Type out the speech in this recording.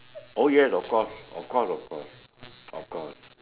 oh yes of course of course of course